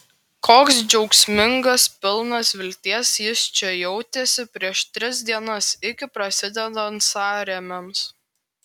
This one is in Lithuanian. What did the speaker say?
koks džiaugsmingas pilnas vilties jis čia jautėsi prieš tris dienas iki prasidedant sąrėmiams